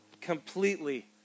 completely